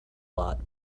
lot